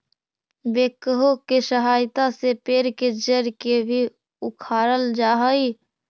backhoe के सहायता से पेड़ के जड़ के भी उखाड़ल जा हई